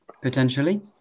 potentially